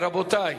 רבותי,